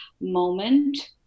moment